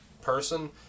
person